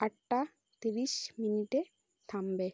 আটটা তিরিশ মিনিটে থামবে